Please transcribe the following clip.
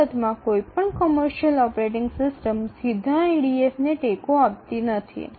હકીકતમાં કોઈ પણ કોમર્શિયલ ઓપરેટિંગ સિસ્ટમ્સ સીધા ઇડીએફને ટેકો આપતી નથી